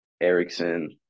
Erickson